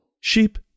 sheep